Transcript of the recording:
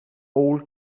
all